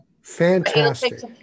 Fantastic